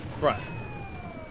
right